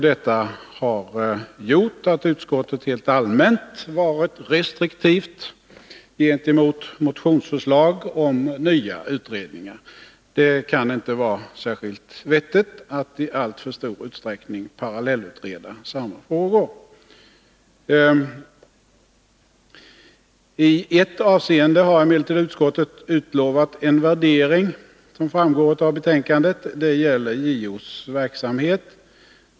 Detta har gjort att utskottet rent allmänt varit restriktivt mot motionsförslag om nya utredningar. Det kan inte vara särskilt vettigt att i alltför stor utsträckning parallellutreda samma frågor. I ett avseende har emellertid utskottet utlovat en utvärdering, såsom framgår av betänkandet. Den gäller JO:s verksamhet.